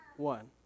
One